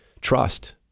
trust